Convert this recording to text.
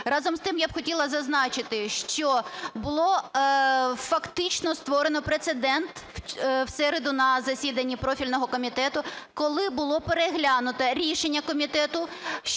Разом з тим, я б хотіла зазначити, що було, фактично, створено прецедент у середу на засіданні профільного комітету, коли було переглянуто рішення комітету